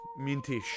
mintish